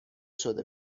شده